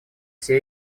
все